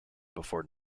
before